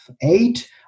eight